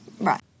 right